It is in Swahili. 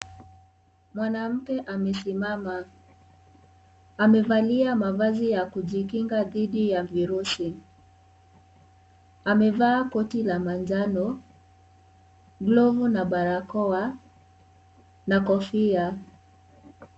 Mwanamke amesimama. Amevalia mavazi ya kujikinga dhidi ya virusi. Amevaa koti la manjano, glovu na barakoa na kofia.